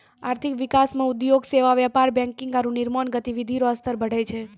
आर्थिक विकास मे उद्योग सेवा व्यापार बैंकिंग आरू निर्माण गतिविधि रो स्तर बढ़ै छै